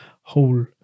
whole